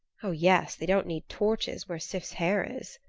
oh, yes, they don't need torches where sif's hair is.